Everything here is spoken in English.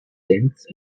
dense